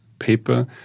paper